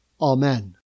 Amen